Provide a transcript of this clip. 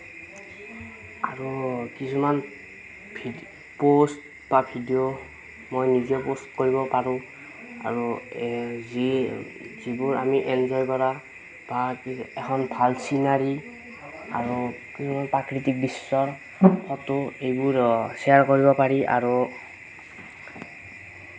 আৰু কিছুমান প'ষ্ট বা ভিডিঅ' মই নিজে প'ষ্ট কৰিব পাৰোঁ আৰু এ যি যিবোৰ আমি এনজয় কৰা বা এখন ভাল ছিনাৰি আৰু প্ৰাকৃতিক দৃশ্য ফটো এইবোৰ ছেয়াৰ কৰিব পাৰি আৰু